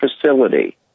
facility